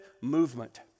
movement